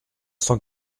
cent